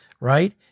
right